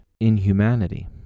inhumanity